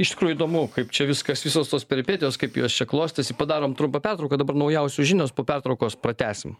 iš tikrųjų įdomu kaip čia viskas visos tos peripetijos kaip jos čia klostėsi padarom trumpą pertrauką dabar naujausios žinios po pertraukos pratęsim